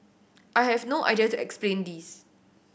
I have no to explain this